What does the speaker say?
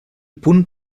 punt